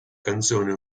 canzone